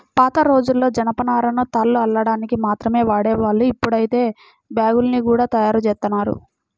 పాతరోజుల్లో జనపనారను తాళ్లు అల్లడానికి మాత్రమే వాడేవాళ్ళు, ఇప్పుడైతే బ్యాగ్గుల్ని గూడా తయ్యారుజేత్తన్నారు